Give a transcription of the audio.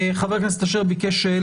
בבקשה.